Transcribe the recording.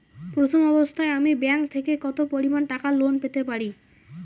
প্রথম অবস্থায় আমি ব্যাংক থেকে কত পরিমান টাকা লোন পেতে পারি?